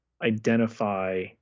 identify